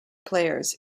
players